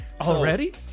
Already